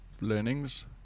learnings